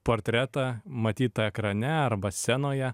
portretą matytą ekrane arba scenoje